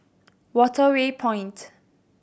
Waterway Point